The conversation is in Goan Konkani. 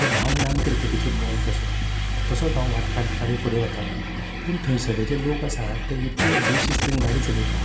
ते ल्हान ल्हान क्रिकेटीचे बॉल कशे तसोच हांव वाट काडीत काडीत फुडें वतालों पूण थंयसल्ले जे लोका आसात ते इतले बेशिस्तीन गाडी चलयतात की ते